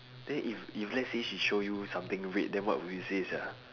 then if if let's say she show you something red then what will you say sia